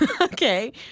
Okay